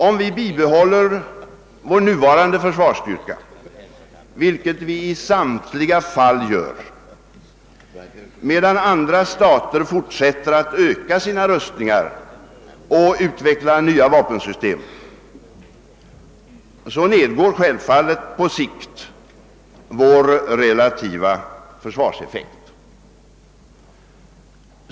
Om vi bibehåller vår nuvarande försvarsstyrka, vilket vi gör enligt samtliga förslag, medan andra stater fortsätter att öka sina rustningar och utveckla nya vapensystem, nedgår självfallet på sikt vår relativa försvarseffekt.